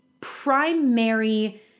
primary